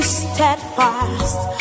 steadfast